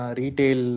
retail